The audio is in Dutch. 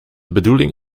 bedoeling